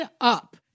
up